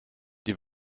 die